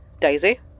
Daisy